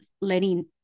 letting